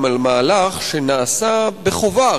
גם על מהלך שנעשה בחובה.